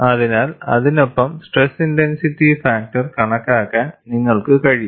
അതിനാൽ അതിനൊപ്പം stress intensity factor കണക്കാക്കാൻ നിങ്ങൾക്ക് കഴിയും